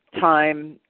time